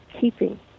keeping